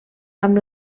amb